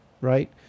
right